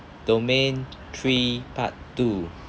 domain three part two